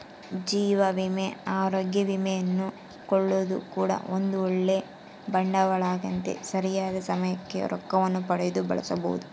ಜೀವ ವಿಮೆ, ಅರೋಗ್ಯ ವಿಮೆಯನ್ನು ಕೊಳ್ಳೊದು ಕೂಡ ಒಂದು ಓಳ್ಳೆ ಬಂಡವಾಳವಾಗೆತೆ, ಸರಿಯಾದ ಸಮಯಕ್ಕೆ ರೊಕ್ಕವನ್ನು ಪಡೆದು ಬಳಸಬೊದು